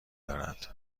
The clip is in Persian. دارد